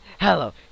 Hello